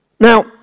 Now